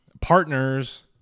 partners